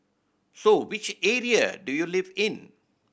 so which area do you live in